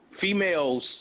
females